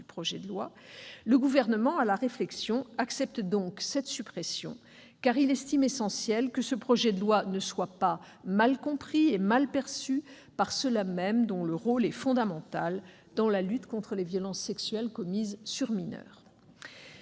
Le Gouvernement, à la réflexion, accepte cette suppression, car il estime essentiel que ce projet de loi ne soit pas mal compris et mal perçu par ceux-là mêmes dont le rôle est fondamental dans la lutte contre les violences sexuelles commises sur les mineurs.